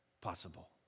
possible